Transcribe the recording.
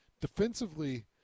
Defensively